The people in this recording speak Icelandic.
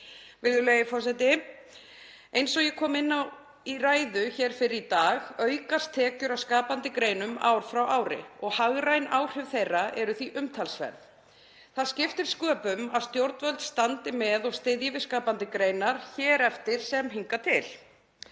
Virðulegi forseti. Eins og ég kom inn á í ræðu fyrr í dag aukast tekjur af skapandi greinum ár frá ári og hagræn áhrif þeirra eru því umtalsverð. Það skiptir sköpum að stjórnvöld standi með og styðji við skapandi greinar hér eftir sem hingað til.